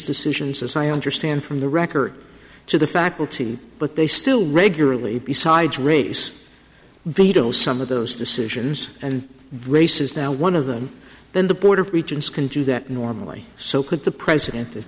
decisions as i understand from the record to the faculty but they still regularly besides race veto some of those decisions and race is now one of them then the board of regents can do that normally so could the president if